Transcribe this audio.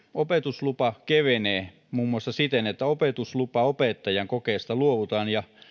opetuslupa kevenee muun muassa siten että opetuslupaopettajan kokeesta luovutaan ja